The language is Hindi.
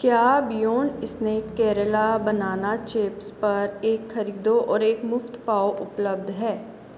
क्या Beyond Snack Kerala banana chips पर एक ख़रीदो और एक मुफ़्त पाओ उपलब्ध है